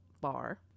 bar